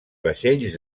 vaixells